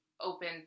open